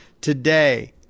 today